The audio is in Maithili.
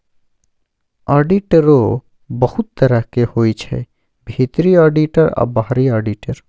आडिटरो बहुत तरहक होइ छै भीतरी आडिटर आ बाहरी आडिटर